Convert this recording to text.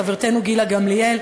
חברתנו גילה גמליאל.